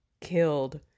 killed